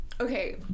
okay